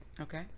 okay